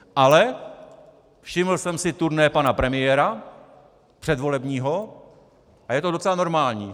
Ale všiml jsem si turné pana premiéra, předvolebního, a je to docela normální.